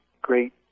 great